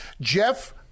Jeff